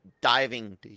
diving